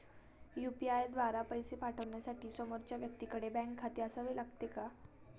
UPI द्वारा पैसे पाठवण्यासाठी समोरच्या व्यक्तीकडे बँक खाते असावे लागते का?